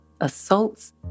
assaults